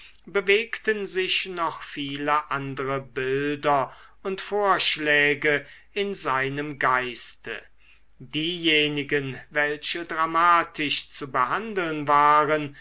bewegten sich noch viele andere bilder und vorschläge in seinem geiste diejenigen welche dramatisch zu behandeln waren